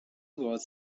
was